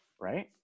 Right